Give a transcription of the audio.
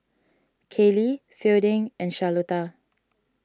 Kayley Fielding and Charlotta